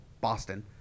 Boston